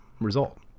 result